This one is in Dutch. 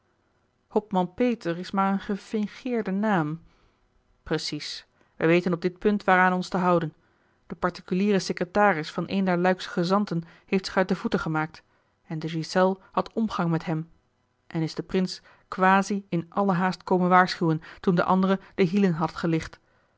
hopman peter is maar een gefingeerde naam precies wij weten op dit punt waaraan ons te houden de particuliere secretaris van een der luiksche gezanten heeft zich uit de voeten gemaakt en de ghiselles had omgang met hem en is den prins kwasie in allerhaast komen waarschuwen toen de andere de hielen had gelicht